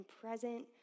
present